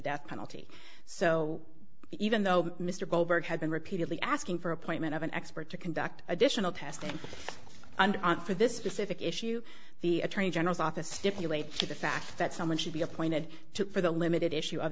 death penalty so even though mr goldberg had been repeatedly asking for appointment of an expert to conduct additional testing and on for this specific issue the attorney general's office stipulate to the fact that someone should be appointed to for the limited issue of